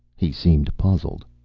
he seemed puzzled.